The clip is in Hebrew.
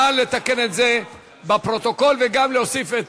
נא לתקן את זה בפרוטוקול, וגם להוסיף את